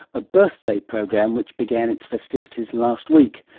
a birthday program which began its festivities last week.